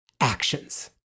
actions